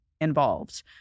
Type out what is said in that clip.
involved